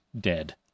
dead